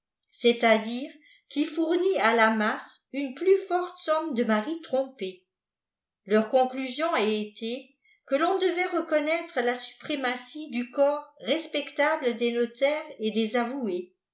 est à diré qui fournit à la masse une plus forte somme de maris trom'pés leur conclusion a été que l'on devait reconnaître la suprématie du corps respectable des notaires et des